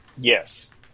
Yes